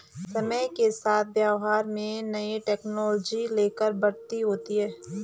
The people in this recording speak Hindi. समय के साथ व्यापार में नई टेक्नोलॉजी लाकर बढ़त होती है